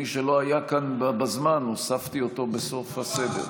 מי שלא היה כאן בזמן, הוספתי אותו בסוף הסבב.